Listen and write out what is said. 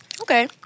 Okay